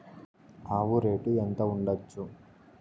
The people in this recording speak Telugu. ఆవు రేటు ఎంత ఉండచ్చు?